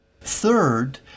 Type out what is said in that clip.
Third